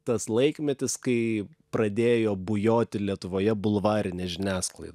tas laikmetis kai pradėjo bujoti lietuvoje bulvarinė žiniasklaida